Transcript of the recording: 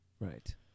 Right